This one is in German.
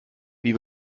wie